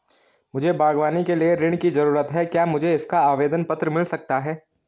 मुझे बागवानी के लिए ऋण की ज़रूरत है क्या मुझे इसका आवेदन पत्र मिल सकता है?